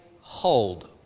hold